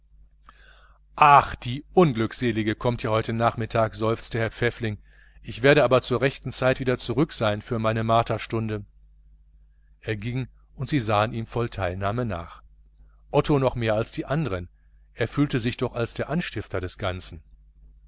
ach die unglückselige kommt ja heute nachmittag seufzte herr pfäffling ich werde aber zu rechter zeit wieder zurück sein für meine marterstunde er ging und sie sahen ihm voll teilnahme nach otto noch mehr als die andern er fühlte sich doch als der anstifter des ganzen